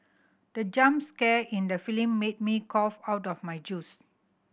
the jump scare in the made me cough out of my juice